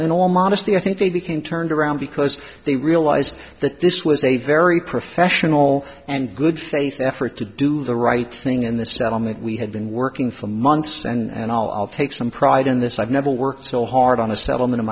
in all modesty i think they became turned around because they realized that this was a very professional and good faith effort to do the right thing in the settlement we had been working for months and i'll take some pride in this i've never worked so hard on a settlement in